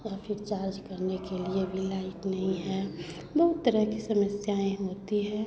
या फिर चार्ज करने के लिए भी लाइट नहीं है बहुत तरह की समस्याएँ होती है